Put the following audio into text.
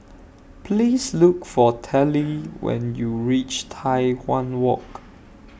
Please Look For Telly when YOU REACH Tai Hwan Walk